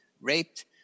raped